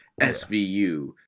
svu